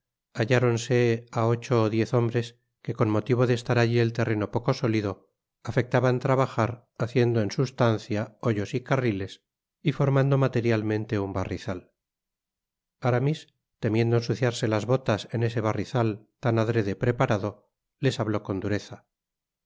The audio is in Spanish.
halláronse á ocho ó diez hombres que con motivo de estar allí el terreno poco sólido afectaban trabajar haciendo en substancia hoyos y carriles y formando materialmente un barrizal aramis temiendo ensuciarse las botas en ese barrizal tan adrede preparado les habló can dureza